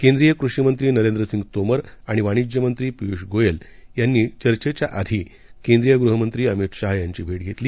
केंद्रीय कृषीमंत्री नरेंद्र सिंग तोमर आणि वाणिज्यमंत्री पियुष गोयल यांनी चर्चेच्या आधी केंद्रीय गृहमंत्री अमित शाह यांची भेट घेतली